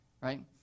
Right